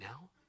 now